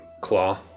claw